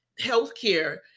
healthcare